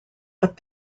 but